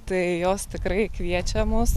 tai jos tikrai kviečia mus